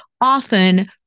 often